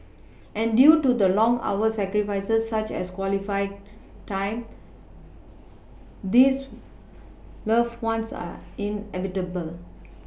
and due to the long hours sacrifices such as quality time this loved ones are inevitable